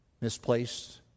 misplaced